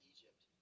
Egypt